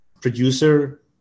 producer